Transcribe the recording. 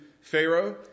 Pharaoh